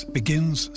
begins